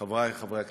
חברי חברי הכנסת,